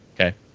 Okay